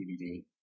DVD